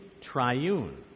triune